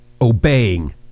obeying